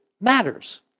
matters